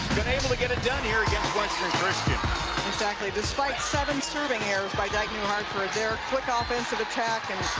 been able to get it ah done here against western christian exactly the slight seven serving errors by dyke new hartford, their quick ah offense of attack and